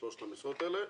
שלושת המשרות האלה.